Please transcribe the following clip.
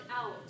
out